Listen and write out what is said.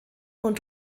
und